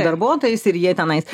darbuotojais ir jie tenais